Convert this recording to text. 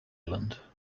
island